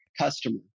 customer